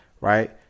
Right